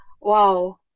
wow